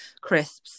crisps